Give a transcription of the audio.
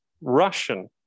Russian